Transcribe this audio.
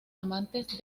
amantes